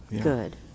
Good